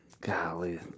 Golly